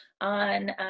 on